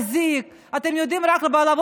אתם יודעים רק להזיק,